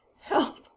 Help